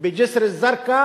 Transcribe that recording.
שבג'סר-א-זרקא